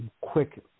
quick